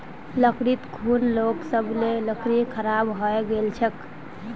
लकड़ीत घुन लागे सब ला लकड़ी खराब हइ गेल छेक